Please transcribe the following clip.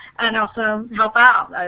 and also help out.